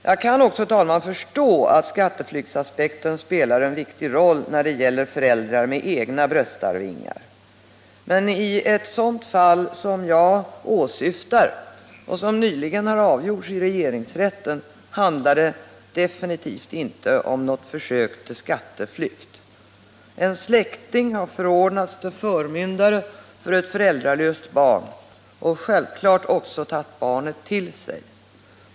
Jag kan också, herr talman, förstå att skatteflyktsaspekten spelar en viktig roll när det gäller föräldrar med egna bröstarvingar. Men i ett sådant fall som det jag åsyftar — som nyligen har avgjorts i regeringsrätten — handlar det definitivt inte om något försök till skatteflykt. En släkting har där förordnats till förmyndare för ett föräldralöst barn och självfallet också tagit barnet till sig.